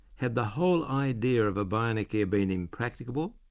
had the whole idea of a bionic ear been impracticable?